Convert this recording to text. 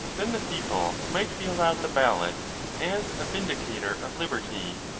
then the people might be allowed the ballot as a vindicator of liberty,